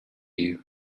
you